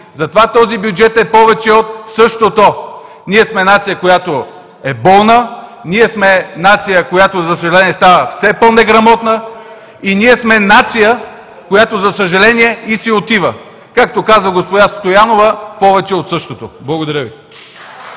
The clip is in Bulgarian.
Затова този бюджет е „повече от същото“! Ние сме нация, която е болна, ние сме нация, която, за съжаление, става все по-неграмотна и ние сме нация, която, за съжаление, и си отива! Както каза госпожа Стоянова – повече от същото. Благодаря Ви.